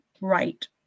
right